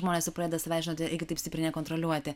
žmonės jau pradeda savęs žinote taip stipriai nekontroliuoti